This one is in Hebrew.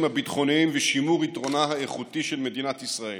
הביטחוניים ושימור יתרונה האיכותי של מדינת ישראל,